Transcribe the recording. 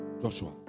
Joshua